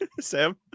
Sam